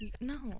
No